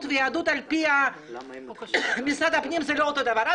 והיהדות על פי משרד הפנים זה לא אותו דבר.